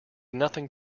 nothing